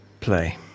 Play